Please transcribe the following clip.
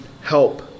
help